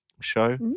show